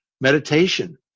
Meditation